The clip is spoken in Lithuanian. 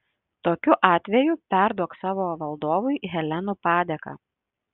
tokiu atveju perduok savo valdovui helenų padėką